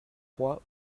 froid